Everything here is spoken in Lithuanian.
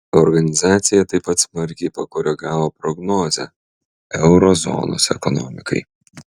organizacija taip pat smarkiai pakoregavo prognozę euro zonos ekonomikai